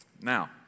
Now